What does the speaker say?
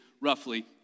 roughly